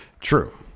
True